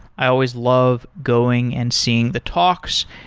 i always love going and seeing the talks,